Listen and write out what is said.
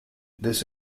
this